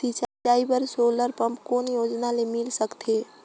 सिंचाई बर solar pump कौन योजना ले मिल सकथे?